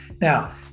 Now